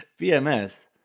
PMS